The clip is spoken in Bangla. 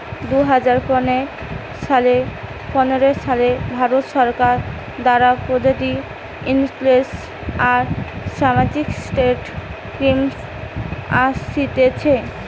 দুই হাজার পনের সালে ভারত সরকার দ্বারা প্রযোজিত ইন্সুরেন্স আর সামাজিক সেক্টর স্কিম আসতিছে